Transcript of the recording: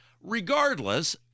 Regardless